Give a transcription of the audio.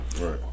Right